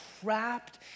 trapped